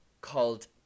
called